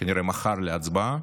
כנראה מחר להצבעה,